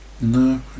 No